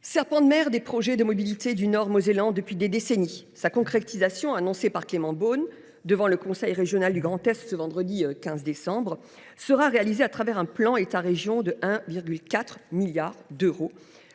serpent de mer des projets de mobilité du Nord mosellan depuis des décennies, sa concrétisation, annoncée par Clément Beaune devant le conseil régional du Grand Est ce vendredi 15 décembre, se fera à travers un plan État région de 1.4 milliard d’euros.